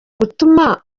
gutuma